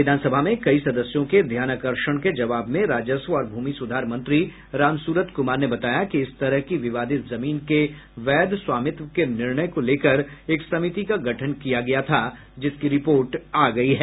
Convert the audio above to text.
विधान सभा में कई सदस्यों के ध्यानाकर्षण के जवाब में राजस्व और भूमि सुधार मंत्री रामसूरत कुमार ने बताया कि इस तरह की विवादित जमीन के वैध स्वामित्व के निर्णय को लेकर एक समिति का गठन किया गया था जिसकी रिपोर्ट आ गयी है